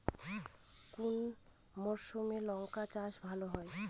কোন মরশুমে লঙ্কা চাষ ভালো হয়?